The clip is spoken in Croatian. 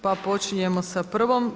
Pa počinjemo sa prvom.